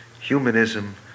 humanism